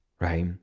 Right